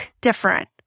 different